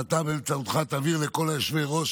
ואתה, באמצעותך להעביר לכל יושבי-הראש